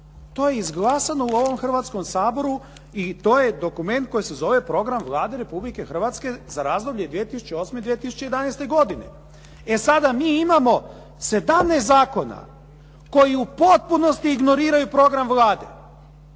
to je izglasano u ovom Hrvatskom saboru i to je dokument koji se zove program Vlade Republike Hrvatske za razdoblje 2008. -2011. godine. E sada, mi imamo 17 zakona koji u potpunosti ignoriraju program Vlade,